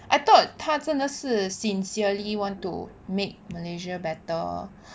I thought 他真的是 sincerely want to make malaysia better